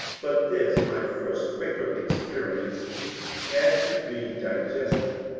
but this my first quaker experience had to be digested.